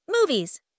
Movies